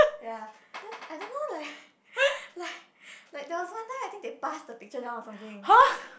ya then I don't know like like there was one time that they passed the picture down or something